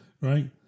right